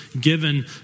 given